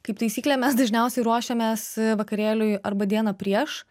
kaip taisyklė mes dažniausiai ruošiamės vakarėliui arba dieną prieš